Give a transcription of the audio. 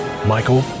Michael